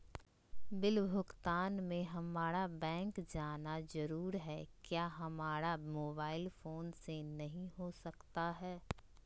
Bill भुगतान में हम्मारा बैंक जाना जरूर है क्या हमारा मोबाइल फोन से नहीं हो सकता है?